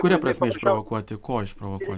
kuria prasme išprovokuoti ko išprovokuot